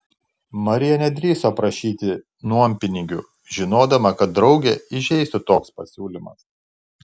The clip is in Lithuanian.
marija nedrįso prašyti nuompinigių žinodama kad draugę įžeistų toks pasiūlymas